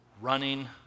running